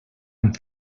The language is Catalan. amb